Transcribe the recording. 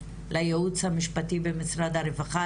לייעוץ המשפטי במשרד הרווחה,